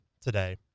today